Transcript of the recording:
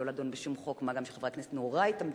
לא לדון בשום חוק, מה גם שחברי הכנסת נורא התאמצו,